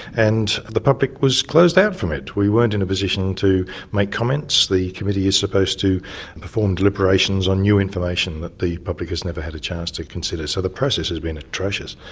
and the public was closed out from it. we weren't in a position to make comments. the committee is supposed to perform deliberations on new information that the public has never had a chance to consider. so the process has been atrocious.